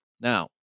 now